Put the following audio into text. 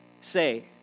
say